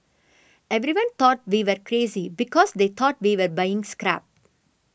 everyone thought we were crazy because they thought we were buying scrap